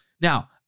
Now